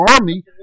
Army